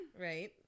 Right